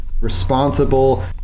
responsible